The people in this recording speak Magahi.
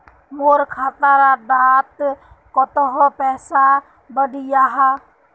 मोर खाता डात कत्ते पैसा बढ़ियाहा?